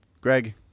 Greg